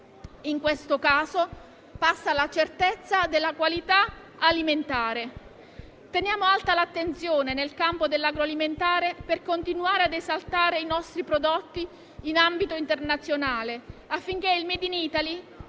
in questo caso passa la certezza della qualità alimentare. Teniamo alta l'attenzione nel campo dell'agroalimentare per continuare a esaltare i nostri prodotti in ambito internazionale, affinché il *made in Italy*